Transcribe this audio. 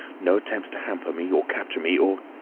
no attempts to hamper me, or capture me! or